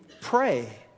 pray